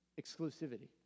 exclusivity